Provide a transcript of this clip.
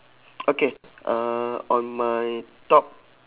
okay uh on my top